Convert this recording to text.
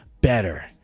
better